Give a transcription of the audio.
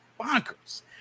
bonkers